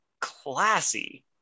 classy